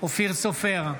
אופיר סופר,